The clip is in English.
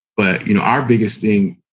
but you know our biggest thing